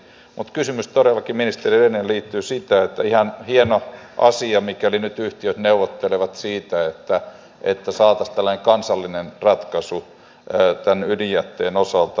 mutta kysymys todellakin ministeri rehnille liittyy siihen ihan hieno asia mikäli nyt yhtiöt neuvottelevat siitä että saataisiin tällainen kansallinen ratkaisu tämän ydinjätteen osalta